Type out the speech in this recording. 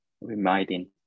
reminding